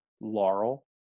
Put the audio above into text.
Laurel